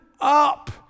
up